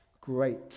Great